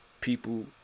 people